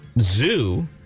zoo